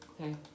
Okay